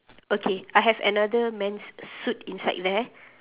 okay I have another men's suit inside there